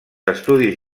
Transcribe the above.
estudis